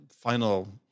final